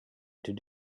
going